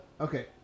okay